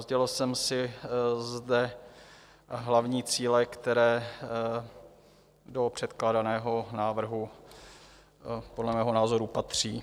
Rozdělil jsem si zde hlavní cíle, které do předkládaného návrhu podle mého názoru patří.